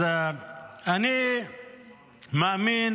אז אני מאמין